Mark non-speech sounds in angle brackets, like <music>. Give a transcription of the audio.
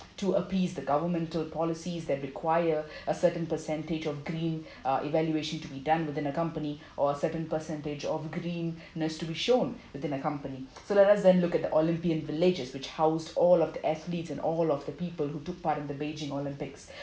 to appease the governmental policies that require <breath> a certain percentage of green uh evaluation to be done within a company or a certain percentage of greenness to be shown within the company so let us then look at the olympian villages which housed all of the athletes and all of the people who took part in the beijing olympics <breath>